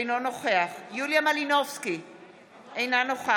אינו נוכח יוליה מלינובסקי קונין,